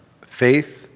faith